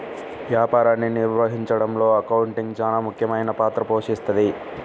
వ్యాపారాన్ని నిర్వహించడంలో అకౌంటింగ్ చానా ముఖ్యమైన పాత్ర పోషిస్తది